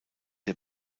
der